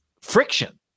friction